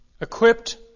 equipped